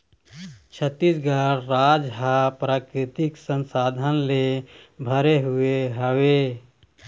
छत्तीसगढ़ राज ह प्राकृतिक संसाधन ले भरे हुए हवय